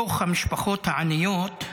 מתוך המשפחות העניות,